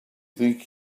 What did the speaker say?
think